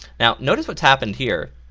now notice whats happened here